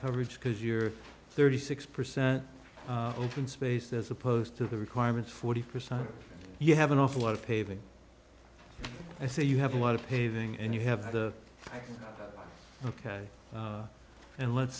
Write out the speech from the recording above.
coverage because you're thirty six percent open space as opposed to the requirement forty percent you have an awful lot of paving i say you have a lot of paving and you have the ok and let's